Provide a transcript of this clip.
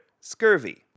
Scurvy